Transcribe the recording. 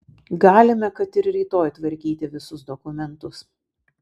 galime kad ir rytoj tvarkyti visus dokumentus